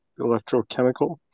electrochemical